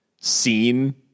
seen